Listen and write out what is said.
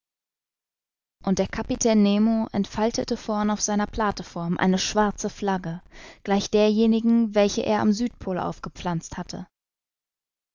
und der kapitän nemo entfaltete vorn auf seiner plateform eine schwarze flagge gleich derjenigen welche er am südpol aufgepflanzt hatte